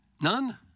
None